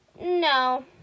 No